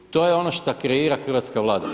To je ono što kreira hrvatska Vlada.